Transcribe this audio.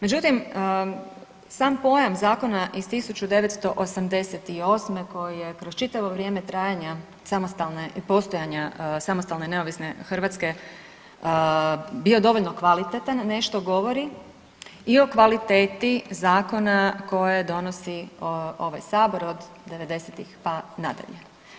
Međutim, sam pojam zakona iz 1988. koji je kroz čitavo vrijeme trajanja samostalne, postojanja samostalne i neovisne Hrvatske bio dovoljno kvalitetan, nešto govori i o kvaliteti zakona koje donosi ovaj Sabor od 90-ih pa nadalje.